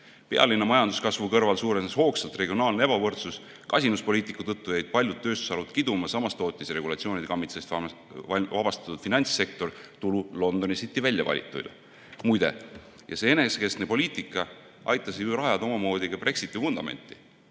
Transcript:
Pealinna majanduskasvu kõrval suurenes hoogsalt regionaalne ebavõrdsus. Kasinuspoliitika tõttu jäid paljud tööstusharud kiduma, samas tootis regulatsioonide kammitsast vabastatud finantssektor tulu London City väljavalituile. Muide, see enesekeskne poliitika aitas rajada omamoodi Brexiti vundamenti,